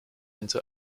into